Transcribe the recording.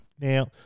Now